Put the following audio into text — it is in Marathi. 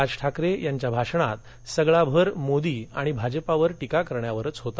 राज ठाकरे यांच्या भाषणात सगळा भर मोदी आणि भाजपावर टीका करण्यावरच होता